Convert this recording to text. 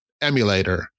emulator